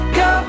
go